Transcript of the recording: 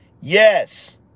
Yes